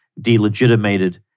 delegitimated